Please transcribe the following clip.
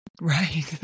Right